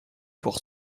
pour